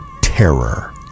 terror